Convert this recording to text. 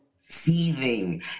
seething